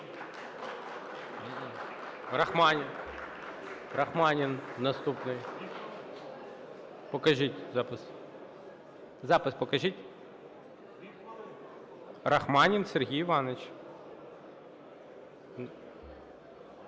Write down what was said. Рахманін Сергій Іванович.